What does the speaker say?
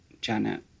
Janet